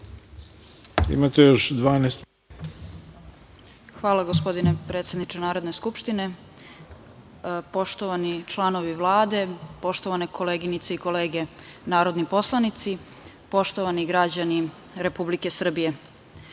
Ljubišić** Hvala gospodine predsedniče Narodne skupštine. Poštovani članovi Vlade, poštovane koleginice i kolege Narodni poslanici, poštovani građani Republike Srbije,